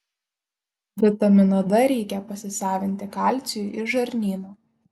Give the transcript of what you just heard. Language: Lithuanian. vitamino d reikia pasisavinti kalciui iš žarnyno